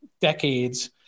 decades